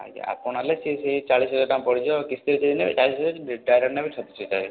ଆଜ୍ଞା ଆପଣ ହେଲେ ସେଇ ସେଇ ଚାଳିଶ ହଜାର ଟଙ୍କା ପଡ଼ିଯିବ କିସ୍ତିରେ ଯଦି ନେବେ ଚାଳିଶି ହଜାର ଯଦି ଡାଇରେକ୍ଟ ନେବେ ଛତିଶ ହଜାର